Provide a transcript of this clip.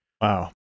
Wow